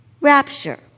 rapture